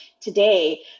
today